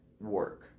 work